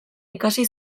ikasi